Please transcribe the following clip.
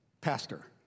pastor